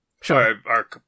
Sure